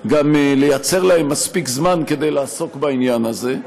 גם לייצר להם מספיק זמן כדי לעסוק בעניין הזה,